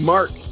Mark